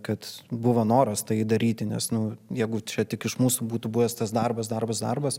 kad buvo noras tai daryti nes nu jeigu čia tik iš mūsų būtų buvęs tas darbas darbas darbas